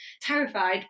terrified